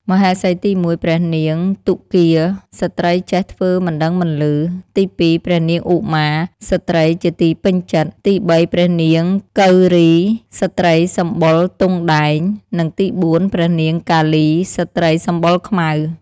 មហេសីទី១ ព្រះនាងទុគ៌ា (ស្ត្រីចេះធ្វើមិនដឹងមិនឮ) ទី២ ព្រះនាងឧមា (ស្រ្តីជាទីពេញចិត្ត) ទី៣ ព្រះនាងគៅរី (ស្ត្រីសម្បុរទង់ដែង) និងទី៤ ព្រះនាងកាលី (ស្ត្រីសម្បុរខ្មៅ)។